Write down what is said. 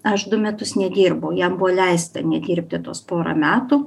aš du metus nedirbau jam buvo leista nedirbti tuos pora metų